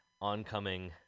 oncoming